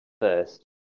first